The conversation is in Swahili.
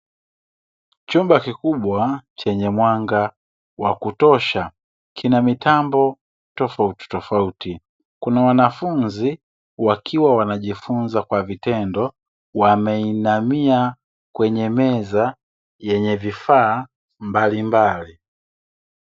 Chumba kikubwa chenye mwanga wakutosha kina mitambo tofauti tofauti, kuna wanafunzi wakiwa wanajifunza kwa vitendo wameinamia kwenye meza yenye vifaa mbalimbali.